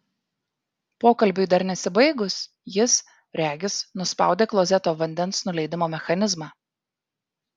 pokalbiui dar nesibaigus jis regis nuspaudė klozeto vandens nuleidimo mechanizmą